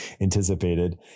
anticipated